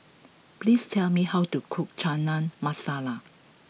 please tell me how to cook Chana Masala